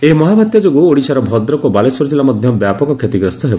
ଏହି ମହାବାତ୍ୟା ଯୋଗୁଁ ଓଡ଼ିଶାର ଭଦ୍ରକ ଓ ବାଲେଶ୍ୱର ଜିଲ୍ଲା ମଧ୍ୟ ବ୍ୟାପକ କ୍ଷତିଗ୍ରସ୍ତ ହେବ